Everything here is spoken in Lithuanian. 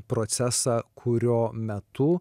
procesą kurio metu